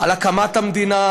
על הקמת המדינה,